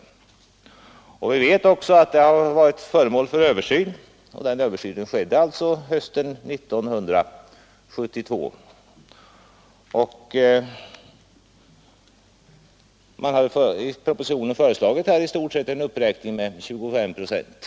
Som bekant har detta stöd varit föremål för en översyn hösten 1972, och man har i propositionen i stort sett föreslagit en uppräkning med 25 procent.